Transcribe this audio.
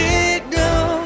Signal